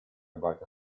about